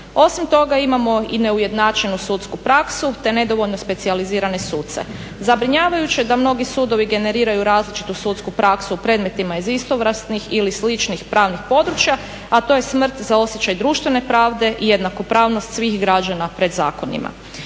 Osim toga imamo i neujednačenu sudsku praksu, te nedovoljno specijalizirane suce. Zabrinjavajuće je da mnogi sudovi generiraju različitu sudsku praksu u predmetima iz istovrsnih ili sličnih pravnih područja a to je smrt za osjećaj društvene pravde i jednakopravnost svih građana pred zakonima.